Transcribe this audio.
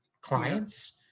clients